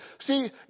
See